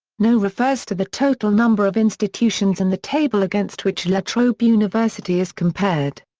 no. refers to the total number of institutions in the table against which la trobe university is compared.